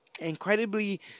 incredibly